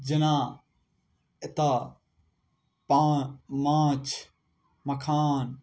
जेना एतौ पान माछ मखान